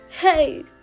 Hey